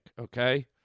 okay